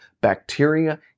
bacteria